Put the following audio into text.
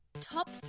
Top